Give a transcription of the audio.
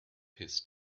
his